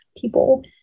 people